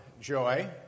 Joy